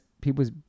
people's